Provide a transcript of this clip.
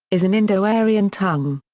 is an indo-aryan tongue.